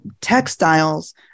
textiles